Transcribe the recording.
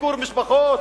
ביקור משפחות?